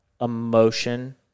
emotion